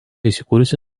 įsikūrusi